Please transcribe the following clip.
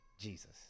Jesus